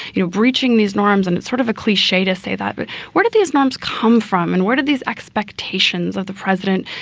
you know, breaching these norms. and it's sort of a cliche to say that. but where did these numbers come from and where did these expectations of the president?